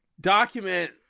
document